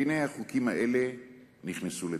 והנה החוקים האלה נכנסו לתוקף.